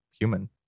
human